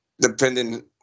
Depending